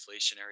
inflationary